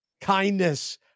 kindness